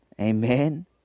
Amen